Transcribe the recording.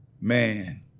man